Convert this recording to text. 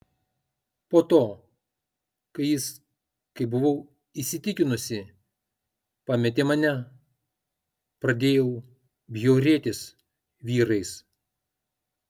po to kai jis kaip buvau įsitikinusi pametė mane pradėjau bjaurėtis vyrais